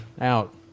out